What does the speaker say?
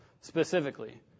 specifically